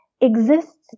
exists